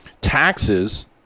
taxes